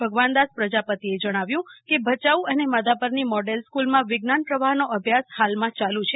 ભગવાનદાસ પ્રજાપતિએ જણાવ્યું કે ભચાઉ અને માધાપરની મોડેલ સ્ફૂલમાં વિજ્ઞાન પ્રવાજ્નો અભ્યાસ ફાલમાં ચાલુમાં છે